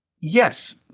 Yes